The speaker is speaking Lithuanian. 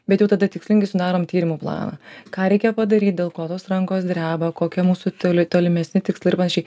bet jau tada tikslingai sudarom tyrimų planą ką reikia padaryt dėl ko tos rankos dreba kokia mūsų toli tolimesni tikslai ir panašiai